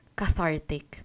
cathartic